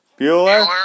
Bueller